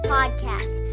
Podcast